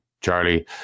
Charlie